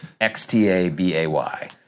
x-t-a-b-a-y